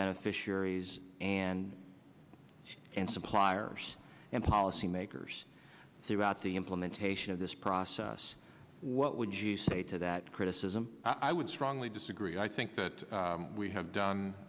beneficiaries and and suppliers and policymakers throughout the implementation of this process what would you say to that criticism i would strongly disagree i think that we have